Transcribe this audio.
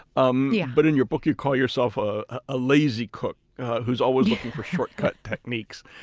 um yeah but in your book, you call yourself a lazy cook who's always looking for shortcut techniques.